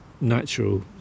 natural